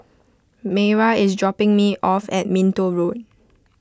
Mayra is dropping me off at Minto Road